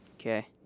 Okay